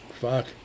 Fuck